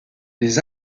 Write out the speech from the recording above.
les